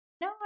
No